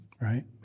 right